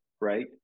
Right